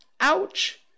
Ouch